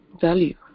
value